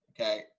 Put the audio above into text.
Okay